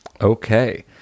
Okay